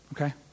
Okay